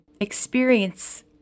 experience